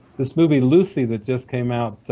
this movie lucy that just came out,